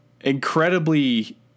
incredibly